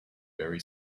very